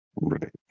Right